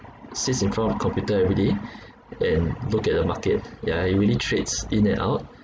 sits in front of computer every day and look at the market yeah he really trades in and out